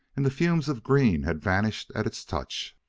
and the fumes of green had vanished at its touch.